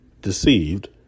deceived